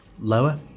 Lower